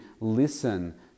listen